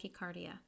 tachycardia